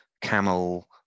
camel